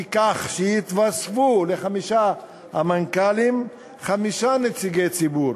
כך שיתווספו לחמשת המנכ"לים חמישה נציגי ציבור,